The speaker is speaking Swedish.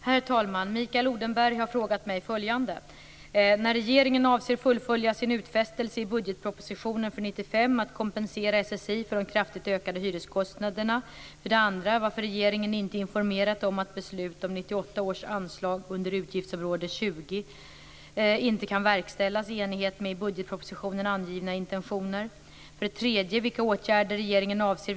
Herr talman! Mikael Odenberg har frågat mig följande: 4. Kommer regeringen att vidta några åtgärder i syfte att säkerställa att det inte sker ett överuttag av avgifter från tillståndshavarna?